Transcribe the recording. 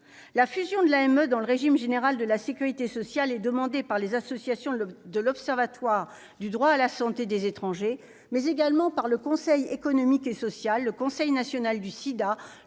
la fusion de l'AME dans le régime général de la Sécurité sociale est demandé par les associations de de l'Observatoire du droit à la santé des étrangers mais également par le Conseil économique et social, le conseil national du SIDA,